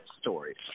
stories